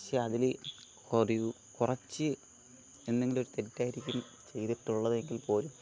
പക്ഷെ അതിൽ ഒരു കുറച്ച് എന്തെങ്കിലും ഒരു തെറ്റായിരിക്കും ചെയ്തിട്ടുള്ളതെങ്കിൽ പോലും